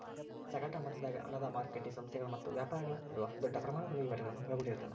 ಸಗಟ ಮಟ್ಟದಾಗ ಹಣದ ಮಾರಕಟ್ಟಿ ಸಂಸ್ಥೆಗಳ ಮತ್ತ ವ್ಯಾಪಾರಿಗಳ ನಡುವ ದೊಡ್ಡ ಪ್ರಮಾಣದ ವಹಿವಾಟುಗಳನ್ನ ಒಳಗೊಂಡಿರ್ತದ